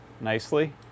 nicely